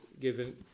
given